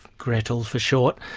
gretl for short,